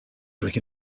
trick